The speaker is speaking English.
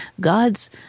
God's